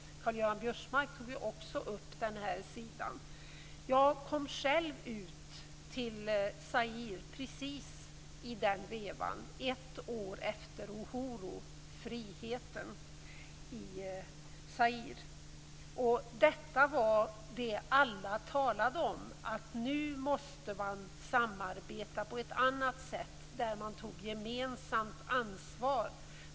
Karl-Göran Biörsmark tog upp den här sidan. Jag kom själv till Zaïre precis i den vevan, ett år efter Uhurufriheten i Zaïre. Det alla talade om var att man nu måste samarbeta på ett annat sätt så att man tog gemensamt ansvar.